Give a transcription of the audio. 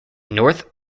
north